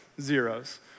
zeros